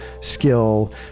skill